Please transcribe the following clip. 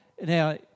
Now